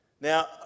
Now